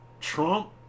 Trump